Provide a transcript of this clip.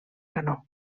canó